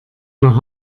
nach